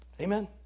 Amen